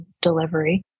delivery